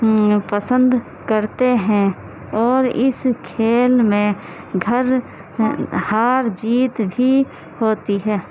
پسند کرتے ہیں اور اس کھیل میں گھر ہار جیت بھی ہوتی ہے